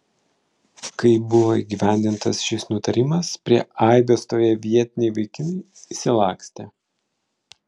kai buvo įgyvendintas šis nutarimas prie aibės stovėję vietiniai vaikinai išsilakstė